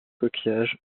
coquillages